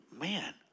man